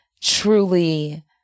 truly